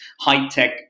high-tech